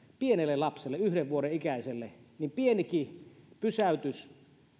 pienelle lapselle yhden vuoden ikäiselle niin pienikin pysäytys